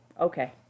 okay